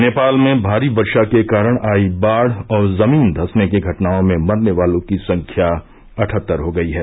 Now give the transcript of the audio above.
नेपाल में भारी वर्षा के कारण आई बाढ़ और जमीन धंसने की घटनाओं में मरने वालों की संख्या अठहत्तर हो गई है